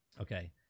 okay